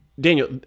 Daniel